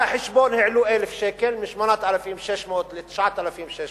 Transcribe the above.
על החשבון העלו 1,000 שקלים, מ-8,600 ל-9,600,